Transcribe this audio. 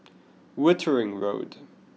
Wittering Road